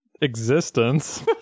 existence